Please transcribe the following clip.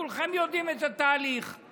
כולכם יודעים את התהליך,